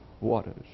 waters